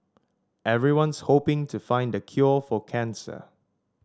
everyone's hoping to find the cure for cancer